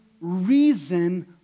reason